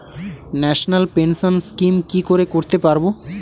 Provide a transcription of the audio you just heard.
National pension scheme কি করে করতে পারব?